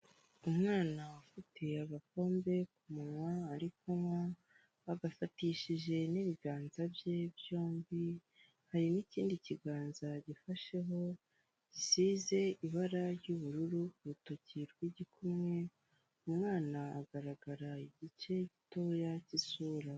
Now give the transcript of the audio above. Umwana ufite agakombe ku munwa, ari kunywa, agafatishije n'ibiganza bye byombi, hari n'ikindi kiganza gifasheho, gisize ibara ry'ubururu ku rutoki rw'igikumwe, umwana agaragara igice gitoya cy'isura.